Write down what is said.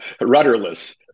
Rudderless